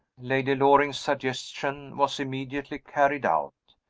lady loring's suggestion was immediately carried out.